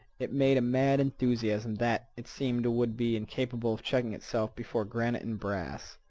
it made a mad enthusiasm that, it seemed, would be incapable of checking itself before granite and brass.